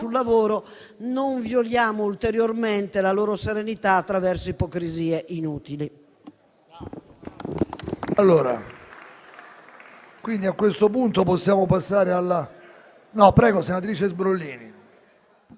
lavoro. Non violiamo ulteriormente la loro serenità attraverso ipocrisie inutili.